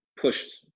pushed